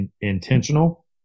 intentional